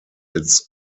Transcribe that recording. its